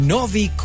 Novi